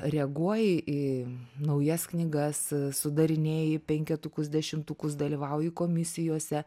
reaguoji į naujas knygas sudarinėji penketukus dešimtukus dalyvauji komisijose